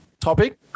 topic